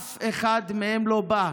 אף אחד מהם לא בא.